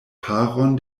paron